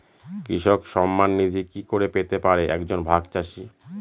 কৃষক সন্মান নিধি কি করে পেতে পারে এক জন ভাগ চাষি?